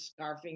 scarfing